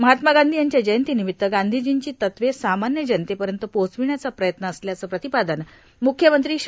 महात्मा गांधी यांच्या जयंतीनिमित्त गांधीजींची तत्त्वे सामाब्य जनतेपर्यंत पोहचविण्याचा प्रयत्न असल्याचं प्रतिपादन मुख्यमंत्री श्री